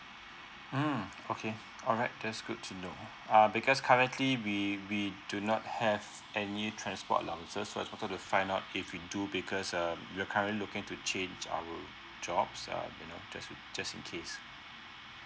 um okay alright that's good to know err because currently we we do not have any transport allowances so I just wanted to find out if we do because um we are currently looking to change our jobs uh you know just just in case